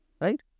right